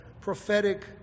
prophetic